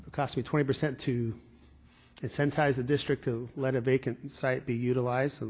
cost me twenty percent to incentivize a district to let a vacant site be utilized, and